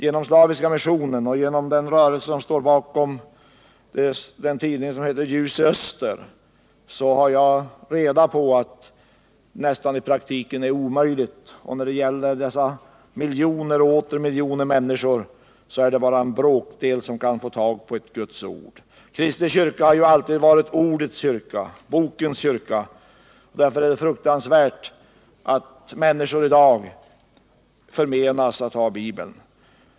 Genom Slaviska missionen och genom den rörelse som står bakom tidningen Ljus i Öster har jag reda på att detta i praktiken är nästan omöjligt. Av dessa miljoner och åter miljoner människor är det bara en bråkdel som kan få tag i ett Guds ord. Den kristna kyrkan har alltid varit ordets kyrka, bokens kyrka, och därför är det fruktansvärt att människor i dag förmenas att ha Bibeln.